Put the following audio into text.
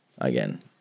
again